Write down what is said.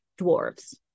dwarves